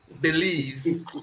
believes